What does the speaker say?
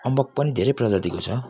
अम्बक पनि धेरै प्रजातिको छ